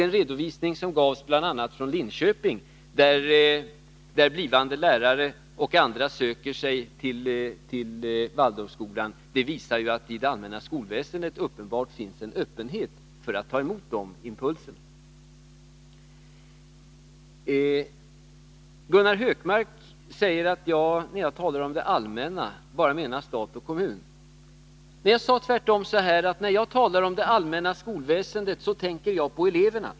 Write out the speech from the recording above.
Den redovisning som gavs bl.a. från Linköping, där blivande lärare och andra söker sig till Waldorfskolan, visar att det i den allmänna skolan uppenbarligen finns en öppenhet för att ta emot sådana impulser. Gunnar Hökmark säger att jag, när jag talar om det allmänna, bara menar stat och kommun. Men jag sade tvärtom att när jag talar om det allmänna skolväsendet, så tänker jag på eleverna.